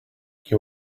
you